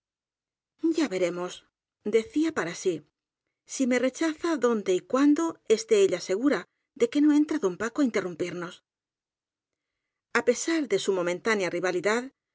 ya veremos decía para sí si me rechaza donde y cuando esté ella segura de que no entra don paco á interrumpirnos á pesar de su momentánea rivalidad